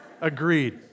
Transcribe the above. agreed